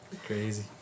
Crazy